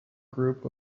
group